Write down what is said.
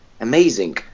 amazing